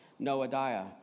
Noadiah